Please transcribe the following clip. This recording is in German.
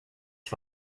ich